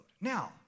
Now